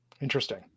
Interesting